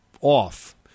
off